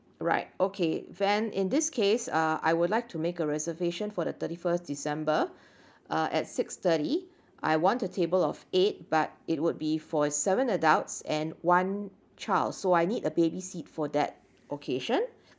right okay then in this case uh I would like to make a reservation for the thirty first december uh at six thirty I want a table of eight but it would be for seven adults and one child so I need a baby seat for that occasion